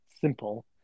simple